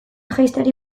jaisteari